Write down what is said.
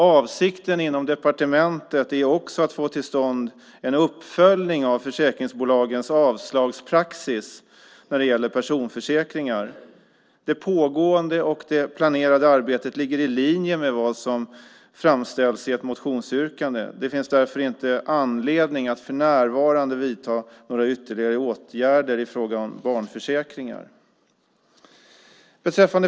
Avsikten inom departementet är också att få till stånd en uppföljning av försäkringsbolagens avslagspraxis när det gäller personförsäkringar. Det pågående och det planerade arbetet ligger i linje med vad som framställs i ett motionsyrkande. Det finns därför inte anledning att för närvarande vidta några ytterligare åtgärder i fråga om barnförsäkringar.